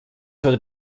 heute